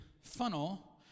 funnel